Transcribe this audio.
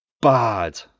bad